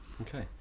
Okay